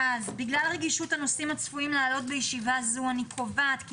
אז בגלל רגישות הנושאים הצפויים לעלות בישיבה זו אני קובעת כי